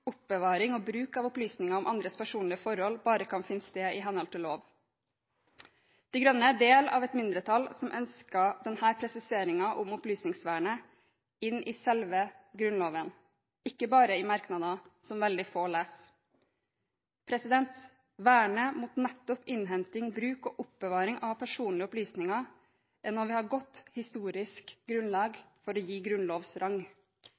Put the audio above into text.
oppbevaring og bruk av opplysninger om andres personlige forhold bare kan finne sted i henhold til lov. Miljøpartiet De Grønne er del av et mindretall som ønsker denne presiseringen om opplysningsvernet inn i selve Grunnloven, ikke bare i merknadene, som veldig få leser. Vernet mot nettopp innhenting, bruk og oppbevaring av personlige opplysninger er noe vi har godt historisk grunnlag